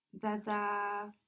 Dada